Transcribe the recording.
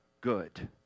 good